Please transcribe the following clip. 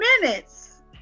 minutes